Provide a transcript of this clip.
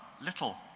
little